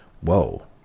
whoa